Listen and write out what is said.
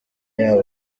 yabo